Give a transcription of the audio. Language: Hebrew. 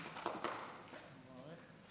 היושב-ראש,